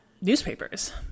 newspapers